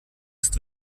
ist